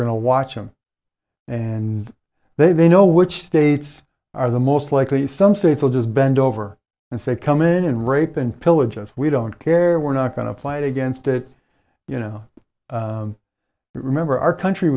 going to watch him and they know which states are the most likely some states will just bend over and say come in and rape and pillage us we don't care we're not going to fight against it you know remember our country